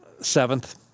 Seventh